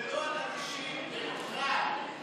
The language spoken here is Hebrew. לא על אנשים כפרט.